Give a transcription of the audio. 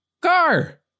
Car